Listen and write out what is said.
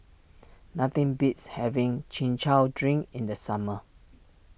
nothing beats having Chin Chow Drink in the summer